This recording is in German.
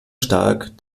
stark